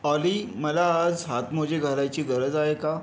ऑली मला आज हातमोजे घालायची गरज आहे का